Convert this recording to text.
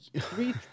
Three